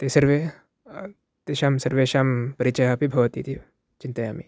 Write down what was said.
ते सर्वे तेषां सर्वेषां परिचयः अपि भवति इति चिन्तयामि